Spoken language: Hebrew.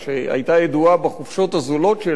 שהיתה ידועה בחופשות הזולות שלה.